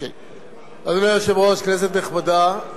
אדוני היושב-ראש, כנסת נכבדה,